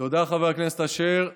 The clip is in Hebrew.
תודה, חבר הכנסת אשר.